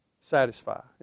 satisfy